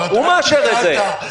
הוא מאשר את זה.